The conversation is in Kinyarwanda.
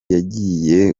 yagiye